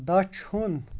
دَچھُن